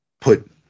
put